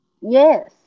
Yes